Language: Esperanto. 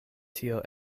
tio